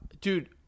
dude